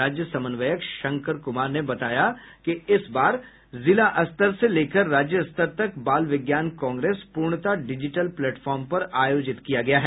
राज्य समन्वयक शंकर कुमार ने बताया कि इस बार जिला स्तर से लेकर राज्य स्तर तक बाल विज्ञान कांग्रेस पूर्णतः डिजिटल प्लेटफार्म पर आयोजित किया गया है